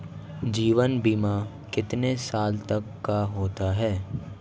जीवन बीमा कितने साल तक का होता है?